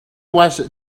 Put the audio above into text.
was